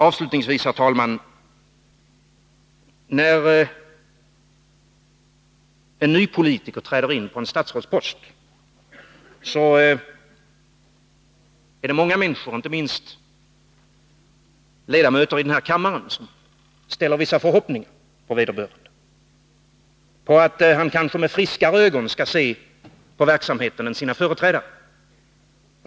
Avslutningsvis, herr talman: När en ny politiker träder in på en statsrådspost är det många människor, inte minst ledamöterna i denna kammare, som ställer vissa förhoppningar på vederbörande att han med friskare ögon än sina företrädare skall se på verksamheten.